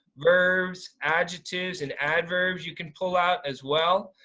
verbs, adjectives and adverbs. you can pull out as well.